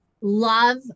love